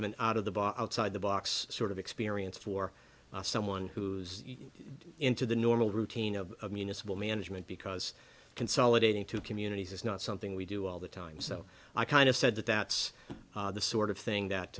of an out of the box outside the box sort of experience for someone who's into the normal routine of municipal management because consolidating two communities is not something we do all the time so i kind of said that that's the sort of thing